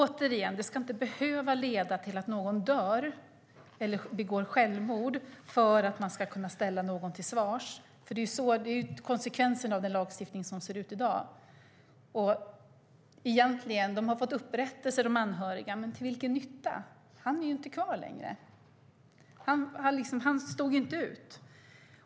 Återigen: Människor ska inte behöva dö eller begå självmord för att någon ska kunna ställas till svars. Det är nämligen konsekvensen av lagstiftningen som den ser ut i dag. De anhöriga har fått upprättelse, men till vilken nytta? Han är ju inte kvar längre. Han stod inte ut.